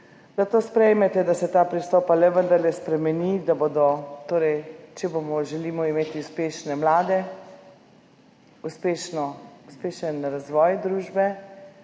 da to sprejmete, da se ta pristop pa vendarle spremeni. Če želimo imeti uspešne mlade, uspešen razvoj družbe,